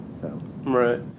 Right